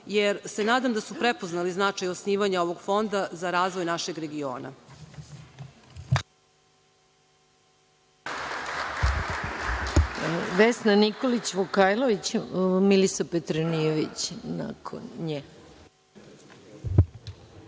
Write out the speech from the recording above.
jer se nadam da su prepoznali značaja osnivanja ovog fonda za razvoj našeg regiona.